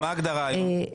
אז מה ההגדרה היום?